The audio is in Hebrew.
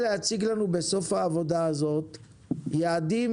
אנחנו מבקשים להציג לנו בסוף העבודה הזאת יעדים